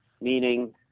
meaning